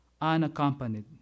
unaccompanied